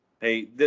Hey